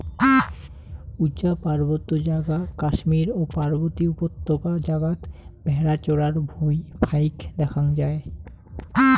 উচা পার্বত্য জাগা কাশ্মীর ও পার্বতী উপত্যকা জাগাত ভ্যাড়া চরার ভুঁই ফাইক দ্যাখ্যাং যাই